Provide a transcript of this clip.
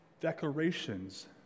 declarations